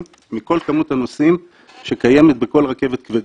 מכל כמות הנוסעים שקיימת בכל רכבת כבדה.